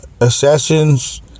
Assassins